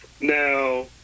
Now